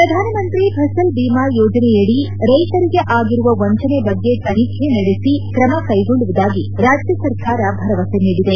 ಪ್ರಧಾನಮಂತ್ರಿ ಫಸಲ್ಭೀಮಾಯೋಜನೆಯಡಿ ರೈತರಿಗೆ ಆಗಿರುವ ವಂಚನೆ ಬಗ್ಗೆ ತನಿಖೆ ನಡೆಸಿ ತ್ರಮ ಕೈಗೊಳ್ಳುವುದಾಗಿ ರಾಜ್ಯ ಸರ್ಕಾರ ಭರವಸೆ ನೀಡಿದೆ